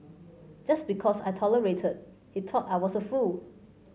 just because I tolerated he thought I was a fool